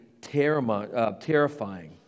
terrifying